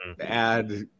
add